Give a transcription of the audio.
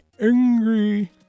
angry